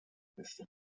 bestimmt